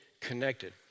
connected